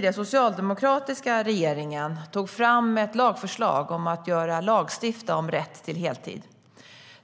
förra socialdemokratiska regeringen tog fram ett lagförslag för att lagstifta om rätt till heltid.